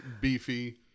beefy